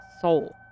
soul